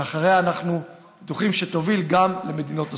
שאחריה אנחנו בטוחים שתוביל גם מדינות נוספות.